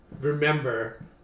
remember